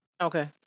Okay